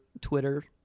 Twitter